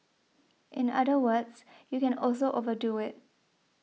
in other words you can also overdo it